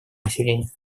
населению